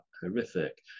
horrific